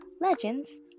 legends